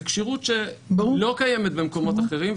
זה כשירות שלא קיימת במקומות אחרים.